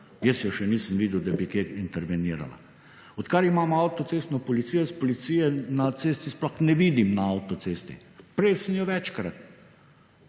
Jaz jo še nisem videl, da bi kaj intervenirala. Od kar imamo avtocestno policijo jaz policije na cesti sploh ne vidim na avtocesti prej sem jo večkrat.